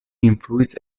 influis